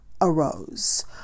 arose